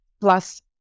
plus